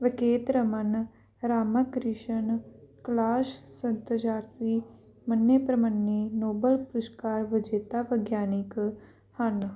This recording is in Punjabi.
ਬਕੇਤ ਰਮਨ ਰਾਮਾ ਕ੍ਰਿਸ਼ਨ ਕੈਲਾਸ਼ ਸੰਤਜਾਤਸੀ ਮੰਨੇ ਪ੍ਰਮੰਨੇ ਨੋਬਲ ਪੁਰਸਕਾਰ ਵਿਜੇਤਾ ਵਿਗਿਆਨਕ ਹਨ